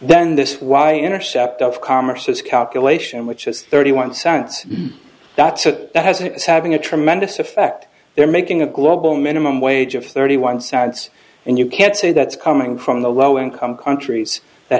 then this y intercept of commerce's calculation which is thirty one cents that's a that has it's having a tremendous effect they're making a global minimum wage of thirty one cents and you can't say that's coming from the low income countries that